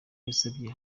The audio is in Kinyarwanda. yasabye